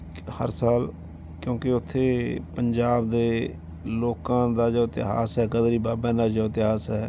ਹਰ ਸਾਲ ਕਿਉਂਕਿ ਉੱਥੇ ਪੰਜਾਬ ਦੇ ਲੋਕਾਂ ਦਾ ਜੋ ਇਤਿਹਾਸ ਹੈ ਗਦਰੀ ਬਾਬਿਆਂ ਦਾ ਜੋ ਇਤਿਹਾਸ ਹੈ